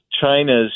China's